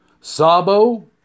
Sabo